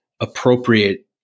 appropriate